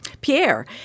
Pierre